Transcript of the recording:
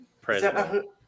president